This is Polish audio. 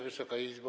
Wysoka Izbo!